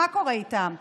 מה קורה איתם?